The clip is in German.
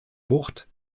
bucht